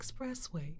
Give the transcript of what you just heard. expressway